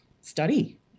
study